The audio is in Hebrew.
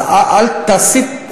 אז אל תעשי זאת.